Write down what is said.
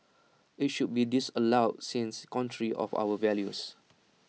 IT should be disallowed since contrary of our values